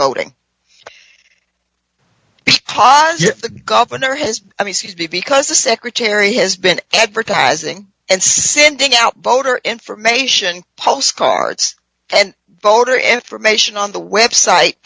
voting because the governor has i mean is he because the secretary has been advertising and sending out voter information postcards and voter information on the website